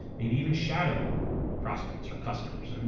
maybe even shadow prospects or customers,